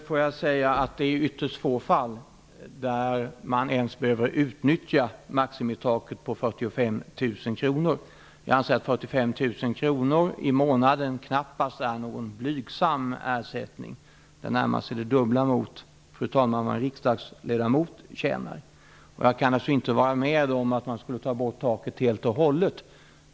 Fru talman! I ytterst få fall har man behövt utnyttja maximitaket på 45 000 kr. Jag anser att 45 000 kr i månaden knappast är någon blygsam ersättning. Den är närmast det dubbla, fru talman, mot vad en riksdagsledamot tjänar. Jag kan inte vara med om att man tar bort taket helt och hållet.